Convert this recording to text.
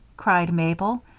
cried mabel,